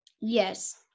Yes